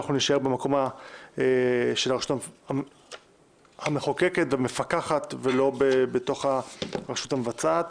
שאנחנו נישאר במקום של הרשות המחוקקת והמפקחת ולא בתוך הרשות המבצעת.